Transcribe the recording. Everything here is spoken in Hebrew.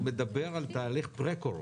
הוא מדבר על תהליך פרה-קרונה.